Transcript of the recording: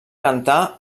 cantar